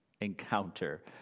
encounter